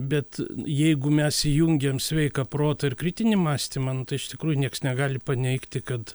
bet jeigu mes įjungiam sveiką protą ir kritinį mąstymą nu iš tikrųjų nieks negali paneigti kad